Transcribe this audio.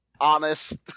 honest